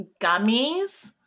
gummies